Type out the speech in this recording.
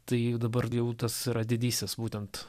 tai dabar jau tas didysis būtent